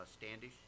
standish